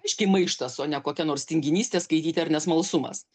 aiškiai maištas o ne kokia nors tinginystė skaityti ar nesmalsumas